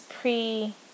pre-